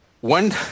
one